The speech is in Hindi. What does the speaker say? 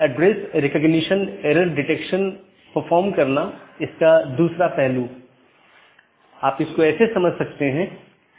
BGP चयन एक महत्वपूर्ण चीज है BGP एक पाथ वेक्टर प्रोटोकॉल है जैसा हमने चर्चा की